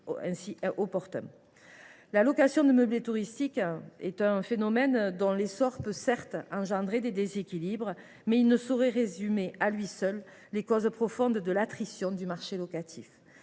la location de meublés touristiques peut certes engendrer des déséquilibres, mais il ne saurait résumer à lui seul les causes profondes de l’attrition du marché locatif.